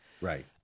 Right